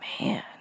Man